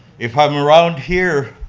if i'm around here,